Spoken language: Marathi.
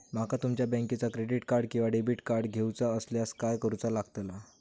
माका तुमच्या बँकेचा क्रेडिट कार्ड किंवा डेबिट कार्ड घेऊचा असल्यास काय करूचा लागताला?